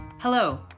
Hello